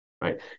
right